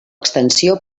extensió